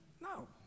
No